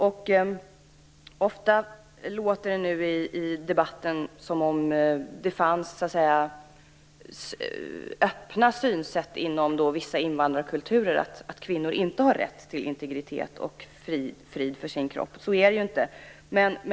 Ofta låter det i debatten som om det fanns öppna synsätt inom vissa invandrarkulturer att kvinnor inte har rätt till integritet och frid för sin kropp. Så är det inte.